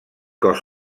cos